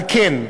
על כן,